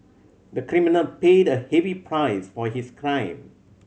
the criminal paid a heavy price for his crime